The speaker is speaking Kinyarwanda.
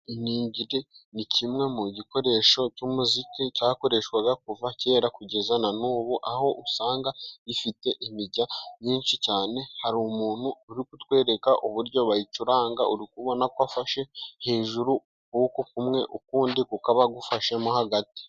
Iningiri ni kimwe mu gikoresho cy'umuziki cyakoreshwaga kuva kera kugeza na n'ubu aho usanga gifite imirya myinshi cyane, hari umuntu uri kutwereka uburyo bayicuranga urikubona ko afashe hejuru ukuboko kumwe kukaba gufashe hejuru ukundi kukaba gufashemo hagati.